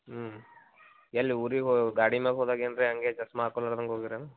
ಹ್ಞೂ ಎಲ್ಲಿ ಊರಿಗೆ ಗಾಡಿ ಮೇಗ್ ಹೋದಾಗ ಏನು ರೀ ಹಾಂಗೆ ಚಸ್ಮಾ ಹಾಕೋಲಾರ್ದ ಹೋಗೀರ ಏನು